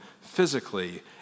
physically